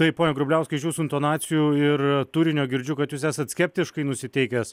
tai pone grubliauskai iš jūsų intonacijų ir turinio girdžiu kad jūs esat skeptiškai nusiteikęs